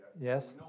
Yes